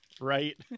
Right